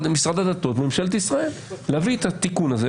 הדתות וממשלת ישראל להביא את התיקון הזה,